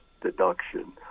deduction